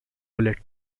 bullet